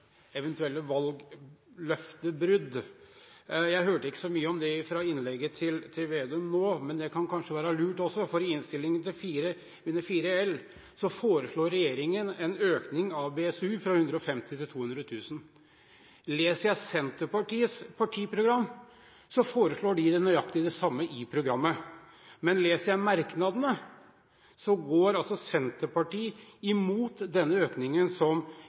eventuelle valgløftebrudd. Jeg hørte ikke så mye om det i innlegget til Slagsvold Vedum nå. Det kan kanskje være lurt, for i Innst. 4 L foreslår regjeringen en økning av BSU fra 150 000 kr til 200 000 kr. Leser jeg Senterpartiets partiprogram, foreslår de nøyaktig det samme i programmet. Men leser jeg merknadene, går altså Senterpartiet imot denne økningen som